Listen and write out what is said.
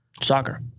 Soccer